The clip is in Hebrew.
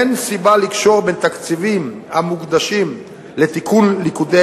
אין סיבה לקשור בין תקציבים המוקדשים לתיקון ליקויי